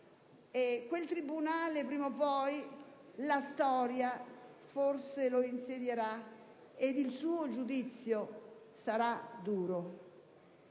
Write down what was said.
quel tribunale, prima o poi, la storia forse lo insedierà e il suo giudizio sarà duro.